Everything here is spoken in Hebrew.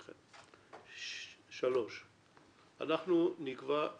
אנחנו נקבע שני דיונים נוספים עוד בקדנציה הזאת,